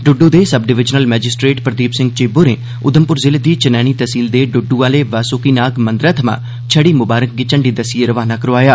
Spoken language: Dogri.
डुडु दे sub divisional magistrate Pradeep Singh Chib होरें उधमप्र जिले दी चनैनी तैहसील दे डुडु आहले वासुकी नाग मंदरै थमां छड़ी मुबारक बी झंडी दस्सियै रवाना करोआया